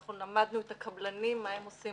אנחנו למדנו את הקבלנים מה הם עושים,